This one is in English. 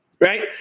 Right